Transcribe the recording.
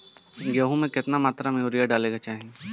गेहूँ में केतना मात्रा में यूरिया डाले के चाही?